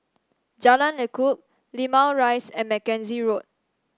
Jalan Lekub Limau Rise and Mackenzie Road